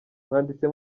mwanditse